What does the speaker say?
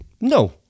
No